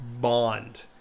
bond